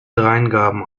dreingaben